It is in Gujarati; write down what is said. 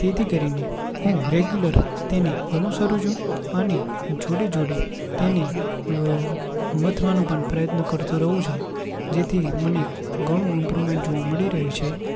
તેથી કરીને હું રેગ્યુલર તેને અનુસરૂં છું અને જોડે જોડે તેને મથવાનો પણ પ્રયત્ન કરતો રહું છું જેથી મને ઘણું ઇમ્પ્રુમેન્ટ જોવા મળી રહ્યું છે